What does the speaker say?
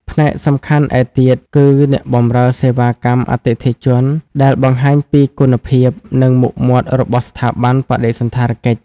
ផ្នែកសំខាន់ឯទៀតគឺ អ្នកបម្រើសេវាកម្មអតិថិជនដែលបង្ហាញពីគុណភាព និងមុខមាត់របស់ស្ថាប័នបដិសណ្ឋារកិច្ច។